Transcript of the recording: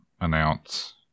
announce